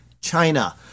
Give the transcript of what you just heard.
China